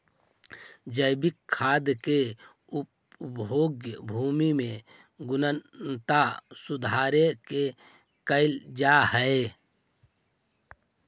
जैविक खाद के उपयोग भूमि के गुणवत्ता सुधारे में कैल जा हई